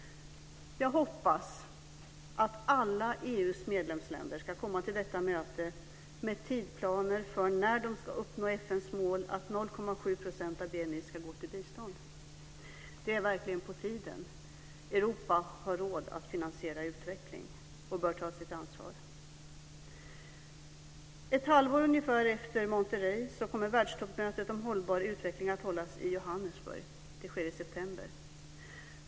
Jag hoppas att alla EU:s medlemsländer ska komma till detta möte med tidsplaner för när de ska uppnå FN:s mål att 0,7 % av BNI ska gå till bistånd. Det är verkligen på tiden. Europa har råd att finansiera utveckling och bör ta sitt ansvar. Ungefär ett halvår efter konferensen i Monterrey kommer ett världstoppmöte om hållbar utveckling att hållas i Johannesburg. Det sker i september.